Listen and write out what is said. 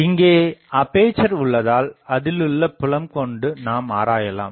இங்கே அப்பேசர் உள்ளதால் அதிலுள்ள புலம் கொண்டு நாம் ஆராயலாம்